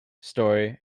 story